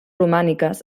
romàniques